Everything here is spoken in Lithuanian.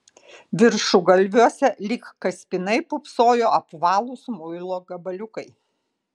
viršugalviuose lyg kaspinai pūpsojo apvalūs muilo gabaliukai